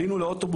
עלינו על אוטובוס,